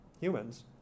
humans